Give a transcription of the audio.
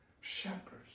Shepherds